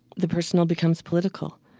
the personal becomes political.